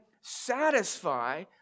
satisfy